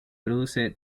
produce